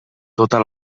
tota